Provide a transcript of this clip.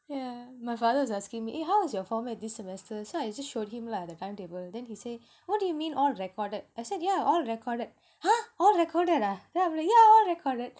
yeah my father was asking me eh how is your format this semester so I just showed him lah the timetable then he say what do you mean all recorded I said yeah all recorded ha all recorded ah then I'm like yeah ya all recorded